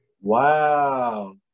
Wow